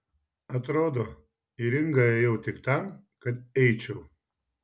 atrodo į ringą ėjau tik tam kad eičiau